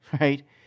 right